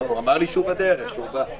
כן, אני באזור שועפט, אז קליטה פחות טובה.